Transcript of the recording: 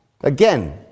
Again